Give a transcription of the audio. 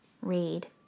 read